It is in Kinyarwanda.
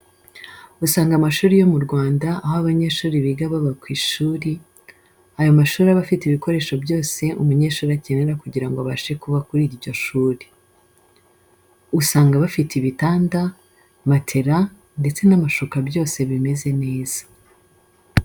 Usanga amashuri yo mu Rwanda aho abanyeshuri biga baba ku ishuri, ayo mashuri aba afite ibikoresho byose umunyeshuri akenera kugira ngo abashe kuba kuri iryo shuri. Usanga bafite ibitanda, matera, ndetse n'amashuka byose bimeze neza.